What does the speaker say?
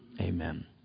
amen